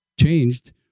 changed